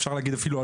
אפשר להגיד אפילו,